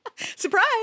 Surprise